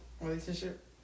relationship